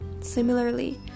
Similarly